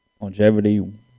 Longevity